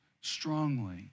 Strongly